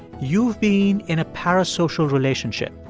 you've been in a parasocial relationship,